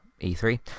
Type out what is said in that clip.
e3